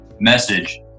message